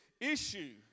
issue